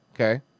Okay